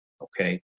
Okay